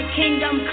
kingdom